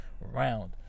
round